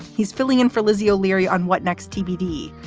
he's filling in for lizzie o'leary on what next tbd.